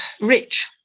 rich